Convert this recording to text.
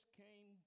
came